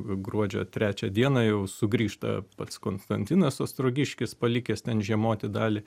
gruodžio trečią dieną jau sugrįžta pats konstantinas ostrogiškis palikęs ten žiemoti dalį